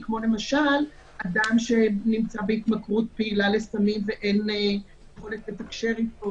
כמו למשל אדם שנמצא בהתמכרות פעילה לסמים ואין יכולת לתקשר איתו,